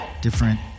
different